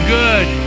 good